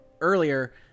earlier